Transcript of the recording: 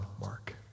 Mark